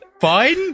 fine